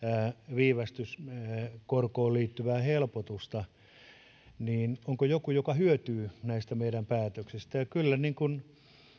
viivästyskorkoon liittyvää helpotusta lisäksi joku toinen taho joka hyötyy näistä meidän hyvistä päätöksistämme kyllä